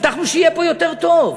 הבטחנו שיהיה פה יותר טוב,